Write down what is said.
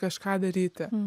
kažką daryti